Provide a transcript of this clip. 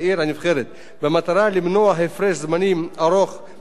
במטרה למנוע הפרש זמנים ארוך בין מועד הבחירות למועצת